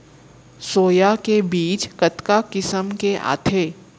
Soya के बीज कतका किसम के आथे?